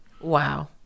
Wow